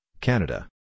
Canada